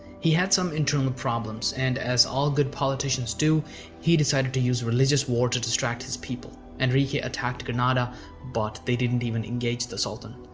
he had some internal problems and as all good politicians, he decided to use religious war to distract his people. enrique attacked granada but they didn't even engage the sultan.